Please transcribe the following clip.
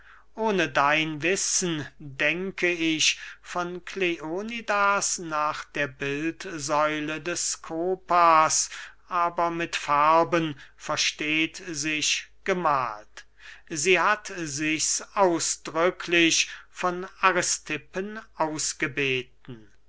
ohne dein wissen denke ich von kleonidas nach der bildsäule des skopas aber mit farben versteht sich gemahlt sie hat sichs ausdrücklich von aristippen ausgebeten